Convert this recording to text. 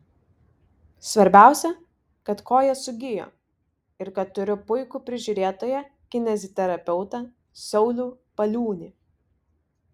svarbiausia kad koja sugijo ir kad turiu puikų prižiūrėtoją kineziterapeutą saulių paliūnį